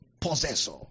Possessor